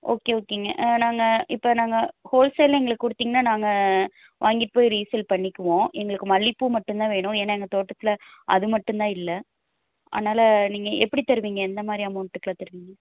okay ஓகேங்க நாங்கள் இப்போ நாங்கள் ஹோல் சேலில் எங்களுக்கு கொடுத்திங்கனா நாங்கள் வாங்கிட்டு போய் ரீசெல் பண்ணிக்குவோம் எங்களுக்கு மல்லிப்பூ மட்டும் தான் வேணும் ஏன்னா எங்கள் தோட்டத்தில் அது மட்டும் தான் இல்லை அதனால் நீங்கள் எப்படி தருவீங்க எந்தமாதிரி அமௌண்ட்டுக்கு தருவிங்க